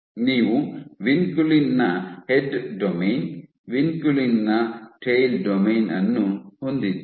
ನೀವು ವಿನ್ಕುಲಿನ್ ನ head domain vinculin ನ ಟೈಲ್ ಡೊಮೇನ್ ಅನ್ನು ಹೊಂದಿದ್ದೀರಿ